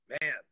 Man